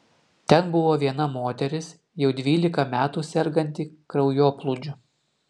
ten buvo viena moteris jau dvylika metų serganti kraujoplūdžiu